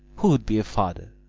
who would be a father!